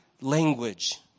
language